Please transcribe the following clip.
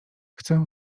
chcę